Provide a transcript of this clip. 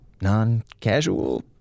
Non-casual